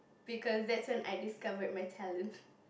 because that's when I discovered my talent